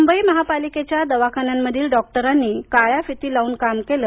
मुंबई महापालिकेच्या दवाखान्यांमधील डॉक्टरांनी काळ्या फिती लावून काम केले